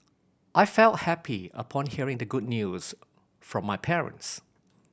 I felt happy upon hearing the good news from my parents